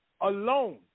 alone